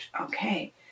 Okay